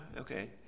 okay